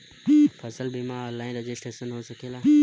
फसल बिमा online registration हो सकेला?